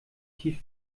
tief